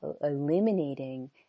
eliminating